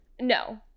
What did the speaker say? No